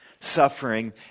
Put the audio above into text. suffering